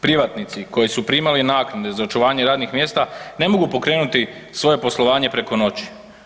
Privatnici koji su primali naknade za očuvanje radnih mjesta, ne mogu pokrenuti svoje poslovanje preko noći.